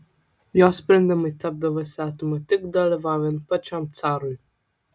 jo sprendimai tapdavo įstatymu tik dalyvaujant pačiam carui